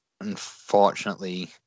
unfortunately